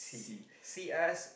C